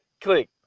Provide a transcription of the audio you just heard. click